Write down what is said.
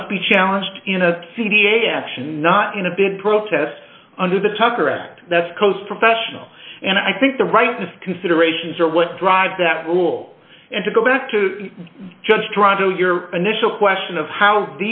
must be challenged in a c d a action not in a big protest under the tucker act that's coast professional and i think the rightness considerations are what drives that rule and to go back to judge trying to your initial question of how